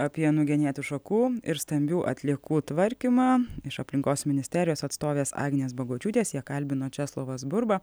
apie nugenėtų šakų ir stambių atliekų tvarkymą iš aplinkos ministerijos atstovės agnės bagočiūtės ją kalbino česlovas burba